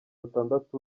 atandatu